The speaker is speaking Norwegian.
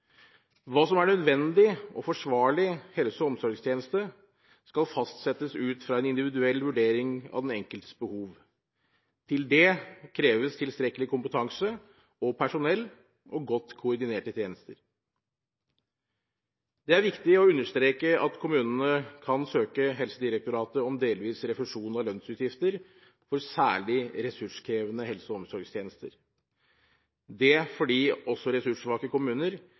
Hva som er nødvendig og forsvarlig helse- og omsorgstjeneste, skal fastsettes ut fra en individuell vurdering av den enkeltes behov. Til det kreves tilstrekkelig kompetanse og personell og godt koordinerte tjenester. Det er viktig å understreke at kommunene kan søke Helsedirektoratet om delvis refusjon av lønnsutgifter for særlig ressurskrevende helse- og omsorgstjenester, det fordi ressurssvake kommuner